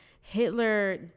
Hitler